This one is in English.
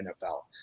NFL